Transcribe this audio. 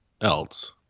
else